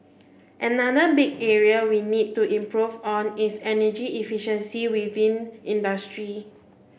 another big area we need to improve on is energy efficiency within industry